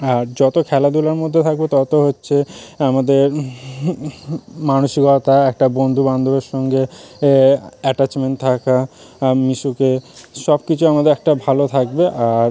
আর যত খেলাধুলার মধ্যে থাকব তত হচ্ছে আমাদের মানসিকতা একটা বন্ধুবান্ধবের সঙ্গে এ অ্যাটাচমেন্ট থাকা মিশুকে সব কিছু আমাদের একটা ভালো থাকবে আর